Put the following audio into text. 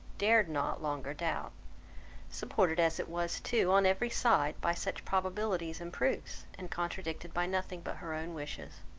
dared not longer doubt supported as it was too on every side by such probabilities and proofs, and contradicted by nothing but her own wishes.